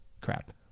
Crap